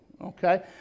okay